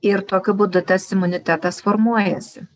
ir tokiu būdu tas imunitetas formuojasi